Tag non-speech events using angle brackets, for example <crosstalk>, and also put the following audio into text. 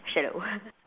shallow <laughs>